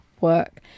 work